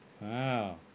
Wow